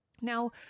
Now